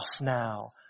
now